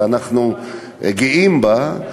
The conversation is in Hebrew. ואנחנו גאים בה,